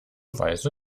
weise